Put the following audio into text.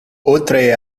oltre